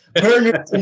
Bernard